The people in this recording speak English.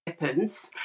weapons